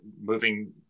moving